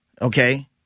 Okay